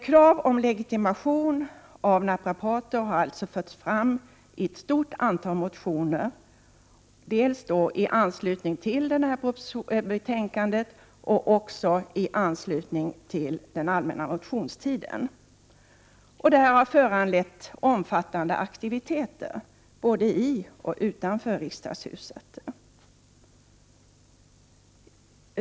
Krav på legitimation av naprapater har förts fram i ett stort antal motioner, väckta dels i anslutning till propositionen, dels under den allmänna motionstiden. Detta har föranlett omfattande aktiviteter både i och utanför riksdagshuset.